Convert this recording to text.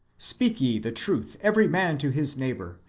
speak ye the truth every man to his neighbour,